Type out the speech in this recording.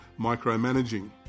Micromanaging